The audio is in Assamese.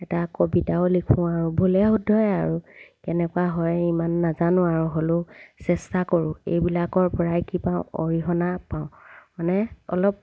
এটা কবিতাও লিখোঁ আৰু ভুলে শুদ্ধই আৰু কেনেকুৱা হয় ইমান নাজানো আৰু হ'লেও চেষ্টা কৰোঁ এইবিলাকৰপৰাই কি পাওঁ অৰিহণা পাওঁ মানে অলপ